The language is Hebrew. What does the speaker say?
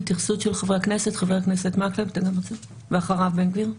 התייחסות של חברי הכנסת חבר הכנסת מקלב ואחריו בן גביר.